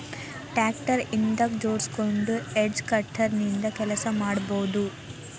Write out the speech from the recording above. tractor ಹಿಂದಕ್ ಜೋಡ್ಸ್ಕೊಂಡು hedge cutter ನಿಂದ ಕೆಲಸ ಮಾಡ್ಬಹುದು